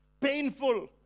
painful